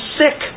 sick